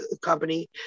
company